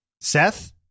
Seth